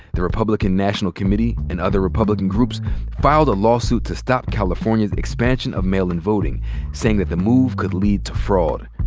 the republican national committee and other republican groups filed a lawsuit to stop california's expansion of mail-in voting saying that the move to could lead to fraud.